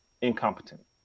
incompetent